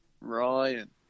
Ryan